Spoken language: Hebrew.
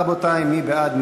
רבותי, מי בעד?